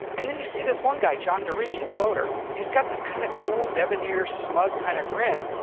and then you see this one guy, john deriggi, the loader and he's got this kind of cool, debonair smug kind of grin.